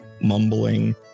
mumbling